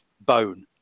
bone